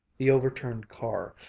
the over-turned car,